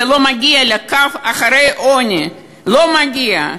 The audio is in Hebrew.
זה לא מגיע לקו שאחרי העוני, לא מגיע.